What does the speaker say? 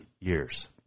years